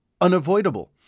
unavoidable